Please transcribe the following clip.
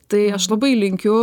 tai aš labai linkiu